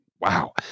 Wow